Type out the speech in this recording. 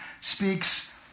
speaks